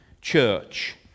church